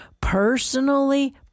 personally